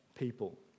people